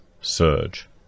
surge